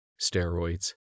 steroids